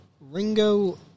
Ringo